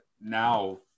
now